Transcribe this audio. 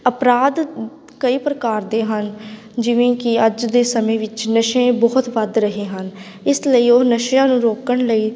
ਅਪਰਾਧ ਕਈ ਪ੍ਰਕਾਰ ਦੇ ਹਨ ਜਿਵੇਂ ਕਿ ਅੱਜ ਦੇ ਸਮੇਂ ਵਿੱਚ ਨਸ਼ੇ ਬਹੁਤ ਵੱਧ ਰਹੇ ਹਨ ਇਸ ਲਈ ਉਹ ਨਸ਼ਿਆਂ ਨੂੰ ਰੋਕਣ ਲਈ